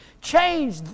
Change